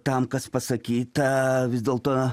tam kas pasakyta vis dėlto